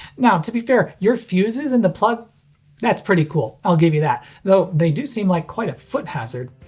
now, to be fair your fuses in the plug that's pretty cool. i'll give you that. though they do seem like quite a foot hazard.